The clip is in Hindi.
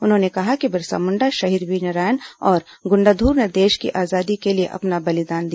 उन्होंने कहा कि बिरसा मुण्डा शहीद वीर नारायण और गुण्डाधूर ने देश की आजादी के लिए अपना बलिदान दिया